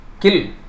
kill